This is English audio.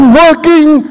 working